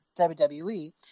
WWE